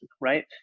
right